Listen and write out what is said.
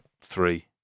three